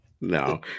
No